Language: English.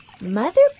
Mother